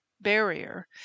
barrier